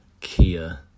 Kia